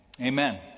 amen